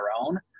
own